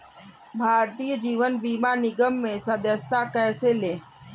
भारतीय जीवन बीमा निगम में सदस्यता कैसे लें?